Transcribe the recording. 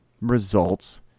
results